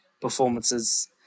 performances